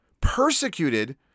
Persecuted